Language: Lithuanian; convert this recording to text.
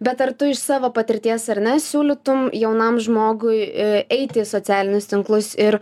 bet ar tu iš savo patirties ar ne siūlytum jaunam žmogui eiti į socialinius tinklus ir